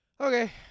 Okay